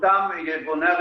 שאתה מתמיד,